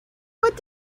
what